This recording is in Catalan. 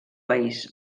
país